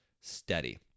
steady